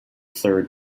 third